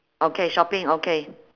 okay shopping okay